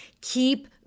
Keep